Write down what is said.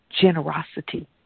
generosity